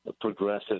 progressive